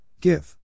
Give